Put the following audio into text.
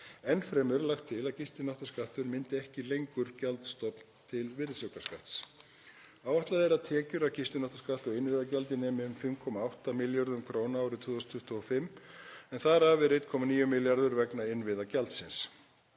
Enn fremur er lagt til að gistináttaskattur myndi ekki lengur gjaldstofn til virðisaukaskatts. Áætlað er að tekjur af gistináttaskatti og innviðagjaldi nemi um 5,8 milljörðum kr. árið 2025 en þar af eru 1,9 milljarðar vegna innviðagjaldsins.